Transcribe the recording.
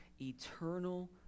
eternal